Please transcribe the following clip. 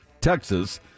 Texas